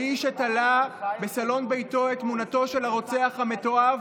האיש שתלה בסלון ביתו את תמונתו של הרוצח המתועב